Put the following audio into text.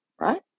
Right